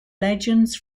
legends